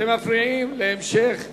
אתם מפריעים להמשך הדיון.